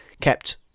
kept